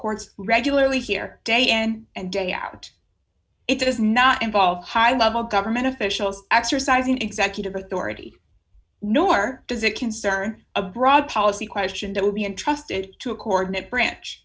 courts regularly hear day and day out it does not involve high level government officials exercising executive authority nor does it concern a broad policy question that would be entrusted to coordinate branch